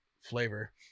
flavor